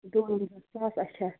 دُونٛزاہ ساس اَچھا